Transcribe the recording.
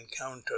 encounter